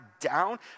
down